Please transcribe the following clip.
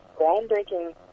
groundbreaking